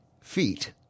feet